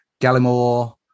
Gallimore